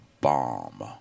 bomb